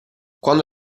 quando